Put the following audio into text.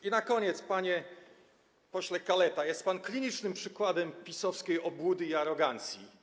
I na koniec, panie pośle Kaleta, jest pan klinicznym przykładem PiS-owskiej obłudy i arogancji.